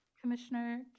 Commissioner